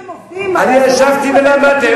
ואני ישבתי ולמדתי.